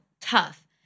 tough